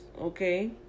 okay